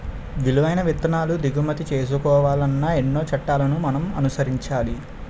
విలువైన విత్తనాలు దిగుమతి చేసుకోవాలన్నా ఎన్నో చట్టాలను మనం అనుసరించాలి